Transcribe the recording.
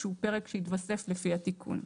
שהוא פרק שהתווסף לפי התיקון.